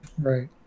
Right